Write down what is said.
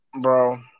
bro